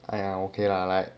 !aiya! okay lah like